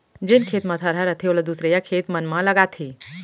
जेन खेत म थरहा रथे ओला दूसरइया खेत मन म लगाथें